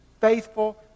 faithful